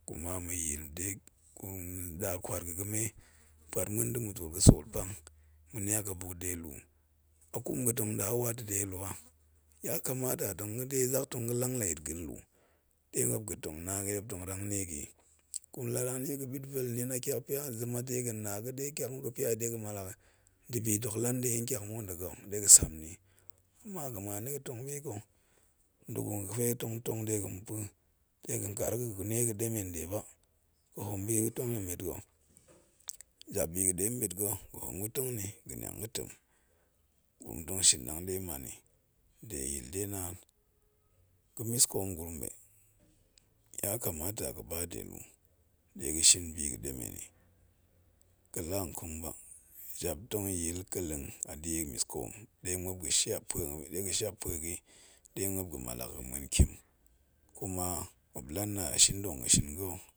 Kuma de ma̱yil ɗe ɗa kwaat ga̱ ga̱mɓ, puat ma̱ muen da̱ ma̱ twoot ga̱ sool pang ma̱niak ga̱ buk de lu, a kum ga̱tong ɗa wata de lu a? Ya kamata tong ya̱ɗe zak tong ga̱lang la yit ga̱ nlu, ɗe muop ga̱tong na ga̱yi tong rang nie ga̱yi, gurum la rangnie bit vel ga̱ nin a tyakpya, zem a ɗega̱ na ga̱ ɗe tyak muk ga̱pya yi, ɗe ga̱malak yi nda̱bi dok la nɗe ntyak muk nda̱ ga̱ ɗe gasam niyi, kuma ga̱ muan da̱ga̱g tong biga̱ nda̱ gurum ga̱fe tong tong dega̱n pa̱, de ga̱n kaar ga̱ ga̱nie ga̱ɗemen nɗe ba, ga hoon biga̱ ga̱tong nni mbet ga̱, jabbi ga̱ɗe mɓet ga̱ ga̱hoom ga̱ tong nni ga̱ niang ga̱ tem, gurum tong shin ɗang ɗe ga̱ man yi, de yil de naan, ga̱ miskoom gurum mɓe, yakamata ga̱ba de lu, ɗega̱ shin biga̱ɗemen yi, ga̱ loonkong ba jap tong ya̱a̱l kelleng a ɗie miskoom ɗe muan ɗe muop ga̱ mia ak yo ga̱ muen ntien, kuma muop lana shin ɗong ga̱shin ga